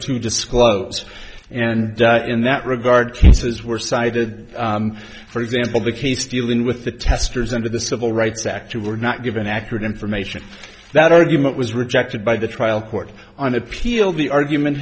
to disclose and in that regard cases were cited for example the case dealing with the testers under the civil rights act you were not given accurate information that argument was rejected by the trial court on appeal the argument